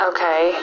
Okay